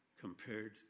compared